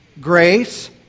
Grace